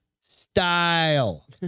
style